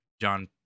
John